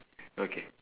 okay